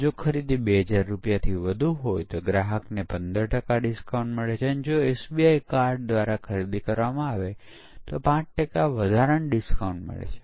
જેમ જેમ પરીક્ષક અહીં પરીક્ષણ ડેટા દાખલ કરે છે તેમ કેપ્ચર અને રિપ્લે ટૂલ પરીક્ષણ ઇનપુટ મેળવે છે અને પરિણામ પણ મેળવે છે